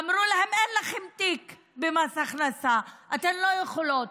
אמרו להן: אין לכן תיק במס הכנסה, אתן לא יכולות.